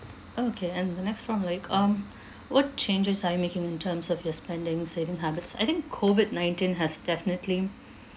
okay and the next formulaic um what changes are you making in terms of your spending saving habits I think COVID-nineteen has definitely